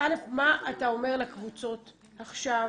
מה אתה אומר לקבוצות עכשיו?